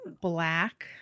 black